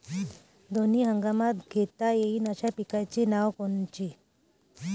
दोनी हंगामात घेता येईन अशा पिकाइची नावं कोनची?